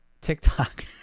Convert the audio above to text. TikTok